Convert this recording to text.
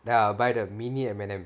then I'll buy the mini M&M